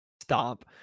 stop